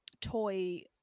toy